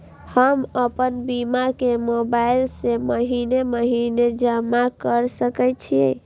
हम आपन बीमा के मोबाईल से महीने महीने जमा कर सके छिये?